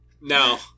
No